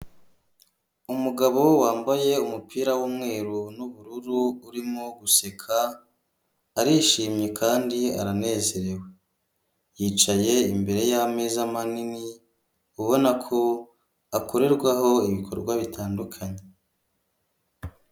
Umugabo wambaye umupira w'umweru n'ubururu urimo guseka, arishimye kandi aranezerewe, yicaye imbere y'ameza manini ubona ko akorerwaho ibikorwa bitandukanye.